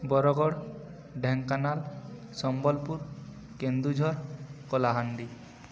Bargarh Dhenkanal Sambalpur Kendujhar Kalahandi